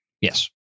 Yes